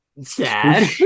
sad